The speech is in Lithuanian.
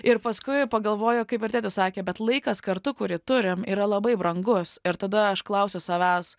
ir paskui pagalvoju kaip ir tėtis sakė bet laikas kartu kurį turim yra labai brangus ir tada aš klausiu savęs